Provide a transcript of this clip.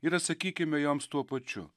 ir atsakykime joms tuo pačiu